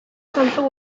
zantzu